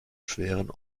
schweren